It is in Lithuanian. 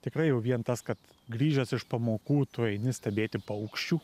tikrai jau vien tas kad grįžęs iš pamokų tu eini stebėti paukščių